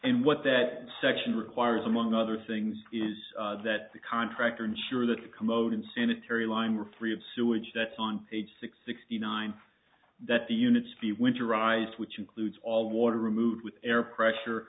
and what that section requires among other things is that the contractor ensure that the commode unsanitary line were free of sewage that's on page six sixty nine that the units be winterized which includes all water removed with air pressure